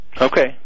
Okay